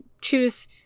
choose